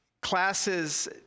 classes